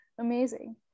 amazing